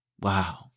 Wow